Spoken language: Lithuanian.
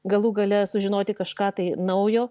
galų gale sužinoti kažką tai naujo